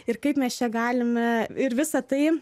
ir kaip mes čia galime ir visa tai